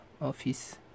office